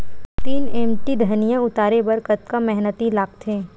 तीन एम.टी धनिया उतारे बर कतका मेहनती लागथे?